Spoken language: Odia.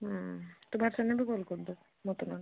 ହୁଁ ତୁ ବାହାରି ସାରିଲା ପରେ କଲ୍ କରି ଦେବୁ ମୋତେ ନହେଲେ